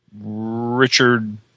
Richard